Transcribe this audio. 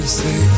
say